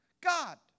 God